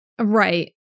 Right